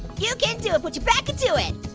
you can do it, put your back into it.